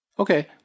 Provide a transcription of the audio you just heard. Okay